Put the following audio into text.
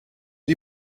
die